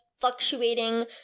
fluctuating